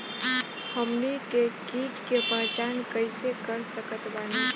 हमनी के कीट के पहचान कइसे कर सकत बानी?